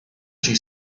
she